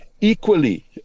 equally